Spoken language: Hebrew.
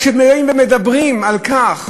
שכשבאים ומדברים על כך